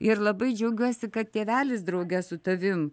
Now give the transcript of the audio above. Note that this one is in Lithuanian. ir labai džiaugiuosi kad tėvelis drauge su tavim